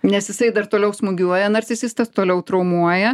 nes jisai dar toliau smūgiuoja narcisistas toliau traumuoja